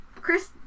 Chris